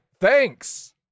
Thanks